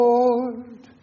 Lord